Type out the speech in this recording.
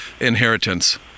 inheritance